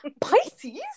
pisces